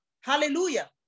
Hallelujah